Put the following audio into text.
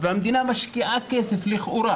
והמדינה משקיעה כסף לכאורה,